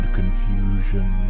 confusion